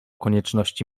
konieczności